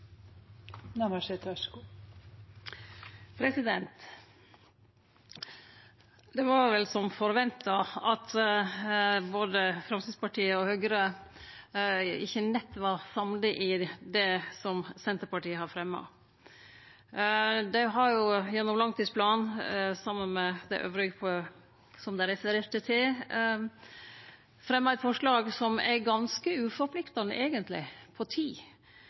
Det var vel som forventa at både Framstegspartiet og Høgre ikkje nett var samde i det Senterpartiet har fremja. Dei har jo gjennom langtidsplanen saman med dei andre som dei refererte til, fremja eit forslag som eigentleg er ganske uforpliktande på tid.